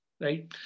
Right